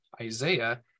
Isaiah